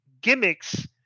gimmicks